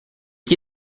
qui